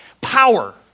Power